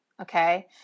Okay